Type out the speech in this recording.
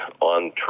on